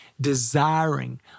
desiring